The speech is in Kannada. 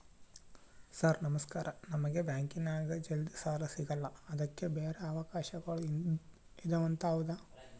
ಸರ್ ನಮಸ್ಕಾರ ನಮಗೆ ಬ್ಯಾಂಕಿನ್ಯಾಗ ಜಲ್ದಿ ಸಾಲ ಸಿಗಲ್ಲ ಅದಕ್ಕ ಬ್ಯಾರೆ ಅವಕಾಶಗಳು ಇದವಂತ ಹೌದಾ?